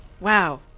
Wow